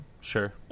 sure